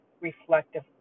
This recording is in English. reflective